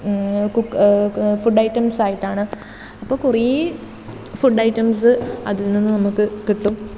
food items ആയിട്ടാണ് അപ്പോൾ കുറേ ഫുഡ് ഐറ്റംസ് അതിൽ നിന്നും നമുക്ക് കിട്ടും